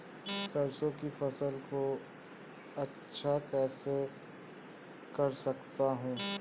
सरसो की फसल को अच्छा कैसे कर सकता हूँ?